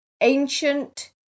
ancient